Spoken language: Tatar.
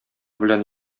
белән